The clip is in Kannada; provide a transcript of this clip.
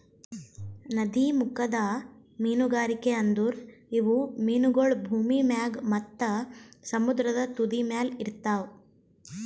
ನದೀಮುಖದ ಮೀನುಗಾರಿಕೆ ಅಂದುರ್ ಇವು ಮೀನಗೊಳ್ ಭೂಮಿ ಮ್ಯಾಗ್ ಮತ್ತ ಸಮುದ್ರದ ತುದಿಮ್ಯಲ್ ಇರ್ತಾವ್